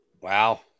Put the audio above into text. Wow